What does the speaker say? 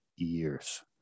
years